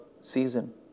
season